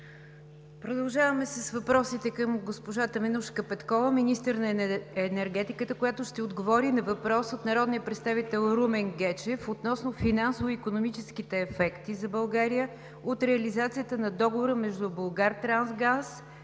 Продължаваме с въпросите към госпожа Теменужка Петкова – министър на енергетиката, която ще отговори на въпрос от народния представител Румен Гечев относно финансово-икономическите ефекти за България от реализацията на договора между „Булгартрансгаз“ и саудитската